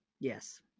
Yes